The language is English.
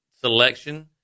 selection